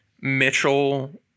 Mitchell